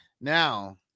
Now